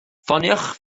ffoniwch